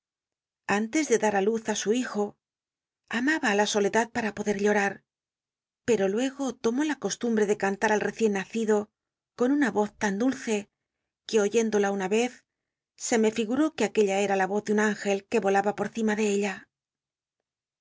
antes de dat á luz á su hij o amaba la soledad patn podet llora pero luego tomó la costumbte de canlat al recien nacido con una voz tan dul ce que oyéndola una cz se me figuró que aqu ella era la voz de un üngel r ne miaba por cima de ella